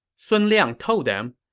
sun liang told them,